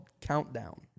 Countdown